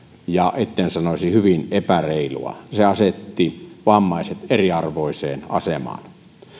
ja etten sanoisi hyvin epäreilua se asetti vammaiset eriarvoiseen asemaan